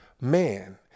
man